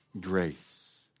grace